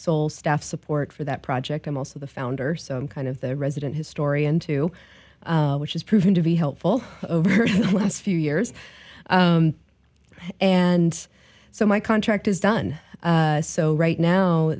sole staff support for that project i'm also the founder so i'm kind of the resident historian too which has proven to be helpful over the last few years and so my contract is done so right now